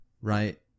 right